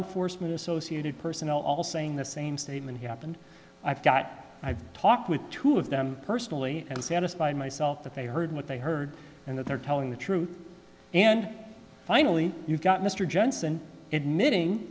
enforcement associated personnel all saying the same statement he happened i've got i've talked with two of them personally and satisfied myself that they heard what they heard and that they're telling the truth and finally you've got mr jensen admitting